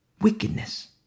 Wickedness